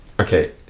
Okay